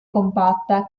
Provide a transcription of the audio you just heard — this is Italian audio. compatta